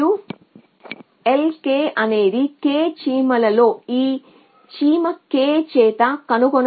l k అనేది k చీమలలో ఈ చీమ k చేత కనుగొనబడిన పర్యటన కాస్ట్